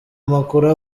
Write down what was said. amakuru